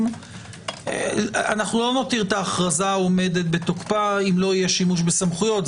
אנו לא נותיר את ההכרזה עומדת בתוקפה אם לא יהיה שימוש בסמכויות.